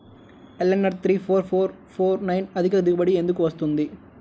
LNR three four four four nine అధిక దిగుబడి ఎందుకు వస్తుంది?